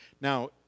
Now